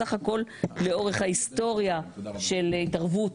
בסך הכול לאורך ההיסטוריה של התערבות